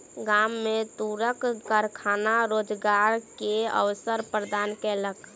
गाम में तूरक कारखाना रोजगार के अवसर प्रदान केलक